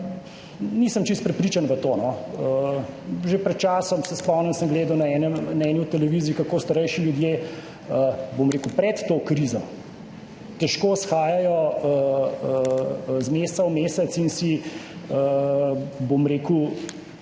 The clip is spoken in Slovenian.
Nisem čisto prepričan v to. Že pred časom, se spomnim, sem gledal na eni od televizij, kako starejši ljudje že pred to krizo težko shajajo iz meseca v mesec in si zmanjšajo